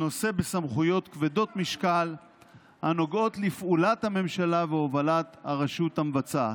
נושא בסמכויות כבדות משקל הנוגעות לפעולת הממשלה והובלת הרשות המבצעת.